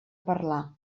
parlar